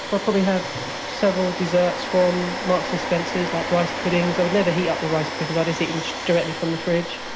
i'll probably have several desserts from marks and spencer's, like rice puddings i would never heat up the rice puddings, i just eat them and directly from the fridge.